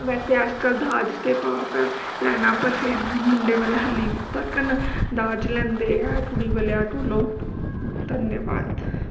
ਵੈਸੇ ਅੱਜ ਕੱਲ੍ਹ ਦਾਜ ਤਾਂ ਪਾਪ ਹੈ ਲੈਣਾ ਪਰ ਫਿਰ ਵੀ ਮੁੰਡੇ ਵਾਲੇ ਹਾਲੇ ਤੱਕ ਦਾਜ ਲੈਂਦੇ ਆ ਕੁੜੀ ਵਾਲਿਆਂ ਕੋਲੋਂ ਧੰਨਵਾਦ